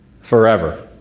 forever